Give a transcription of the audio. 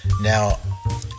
Now